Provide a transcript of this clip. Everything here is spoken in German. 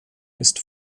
ist